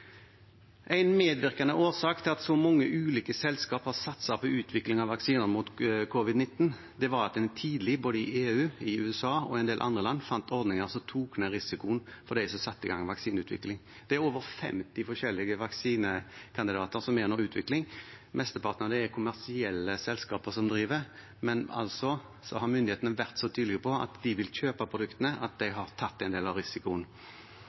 En medvirkende årsak til at så mange ulike selskaper har satset på utvikling av vaksiner mot covid-19, var at en tidlig både i EU, i USA og i en del andre land fant ordninger som tok ned risikoen for dem som satte i gang vaksineutvikling. Det er over 50 forskjellige vaksinekandidater som er under utvikling, mesteparten av det er det kommersielle selskaper som driver, men så har myndighetene vært så tydelige på at de vil kjøpe produktene, at de har tatt en del av risikoen.